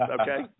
Okay